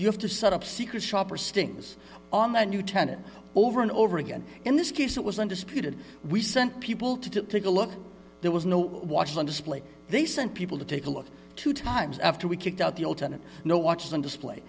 you have to set up secret shopper stings on the new tenant over and over again in this case it was undisputed we sent people to take a look there was no watch on display they sent people to take a look two times after we kicked out the alternate no watches on display